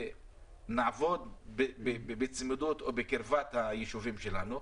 שנעבוד בצמידות או בקרבת היישובים שלנו,